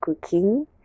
cooking